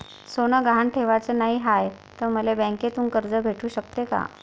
सोनं गहान ठेवाच नाही हाय, त मले बँकेतून कर्ज भेटू शकते का?